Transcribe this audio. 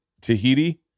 tahiti